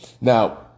Now